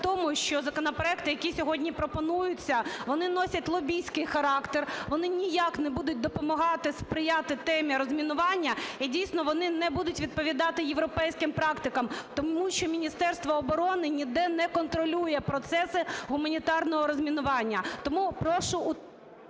тому, що законопроекти, які сьогодні пропонуються, вони носять лобістський характер. Вони ніяк не будуть допомагати сприяти темі розмінування. І, дійсно, вони не будуть відповідати європейським практикам. Тому що Міністерство оборони ніде не контролює процеси гуманітарного розмінування. Тому прошу…